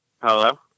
Hello